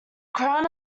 crown